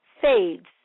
fades